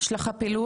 יש לך פילוח?